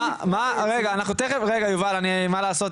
רגע יובל אני, מה לעשות?